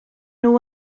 nhw